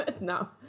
No